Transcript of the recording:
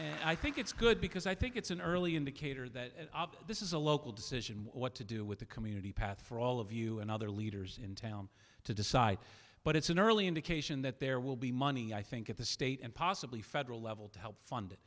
thanks i think it's good because i think it's an early indicator that this is a local decision what to do with the community path for all of you and other leaders in town to decide but it's an early indication that there will be money i think at the state and possibly federal level to help fund